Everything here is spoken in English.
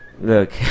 Look